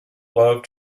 love